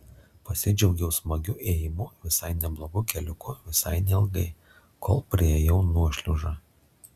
pasidžiaugiau smagiu ėjimu visai neblogu keliuku visai neilgai kol priėjau nuošliaužą